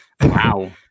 Wow